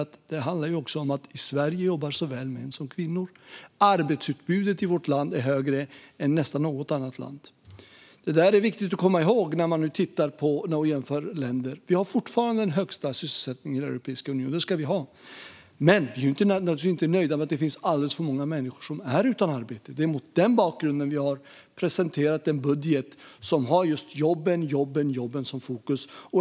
Jo, det handlar om att i Sverige jobbar såväl män som kvinnor. Arbetskraftsutbudet är större i vårt land än i, nästan, något annat land. Detta är viktigt att komma ihåg när man jämför länder. Vi har fortfarande den högsta sysselsättningen i Europeiska unionen - det ska vi ha. Men vi är naturligtvis inte nöjda med att det finns alldeles för många människor som är utan arbete. Det är mot den bakgrunden vi har presenterat en budget som har just jobben, jobben, jobben i fokus.